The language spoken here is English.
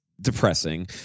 depressing